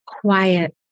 Quiet